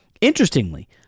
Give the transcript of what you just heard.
Interestingly